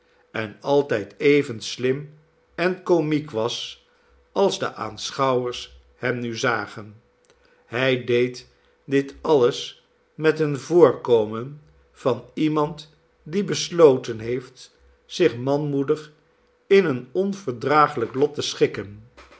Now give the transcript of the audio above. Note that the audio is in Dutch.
en altijd even slim en komiek was als de aanschouwers hem nu zagen hij deed dit alles met het voorkomen van iemand die besloten heeft zich manmoedig in een onverdragelijk lot te schikken